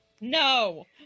No